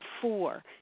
four